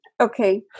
Okay